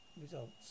results